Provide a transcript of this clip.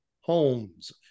homes